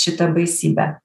šitą baisybę